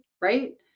right